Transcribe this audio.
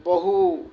ବହୁ